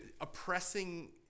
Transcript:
oppressing